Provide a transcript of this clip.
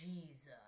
Jesus